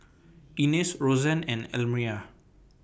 Inez Roseann and Elmyra